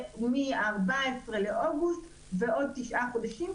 שמה-14 באוגוסט ועוד תשעה חודשים,